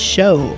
Show